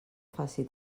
faci